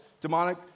demonic